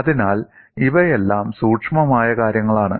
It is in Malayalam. അതിനാൽ ഇവയെല്ലാം സൂക്ഷ്മമായ കാര്യങ്ങളാണ്